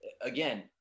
again